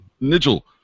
Nigel